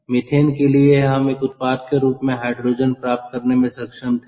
methane के लिए हम एक उत्पाद के रूप में हाइड्रोजन प्राप्त करने में सक्षम थे